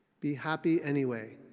be happy anyway.